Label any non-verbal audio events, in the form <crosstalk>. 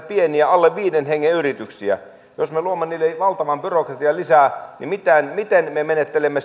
<unintelligible> pieniä alle viiden hengen yrityksiä jos me luomme niille valtavan byrokratian lisää niin miten me menettelemme <unintelligible>